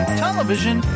television